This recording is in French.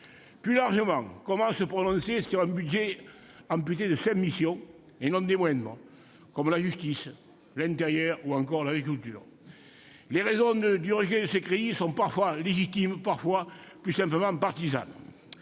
Plus largement, comment se prononcer sur un budget amputé de cinq missions- et non des moindres, puisque sont concernés la justice, l'intérieur ou encore l'agriculture ? Les raisons du rejet de ces crédits sont parfois légitimes, parfois plus simplement partisanes